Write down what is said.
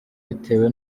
bitewe